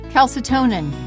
Calcitonin